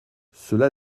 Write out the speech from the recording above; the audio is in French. cela